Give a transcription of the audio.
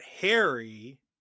Harry